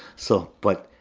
so but,